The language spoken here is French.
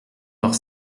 mort